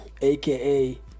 aka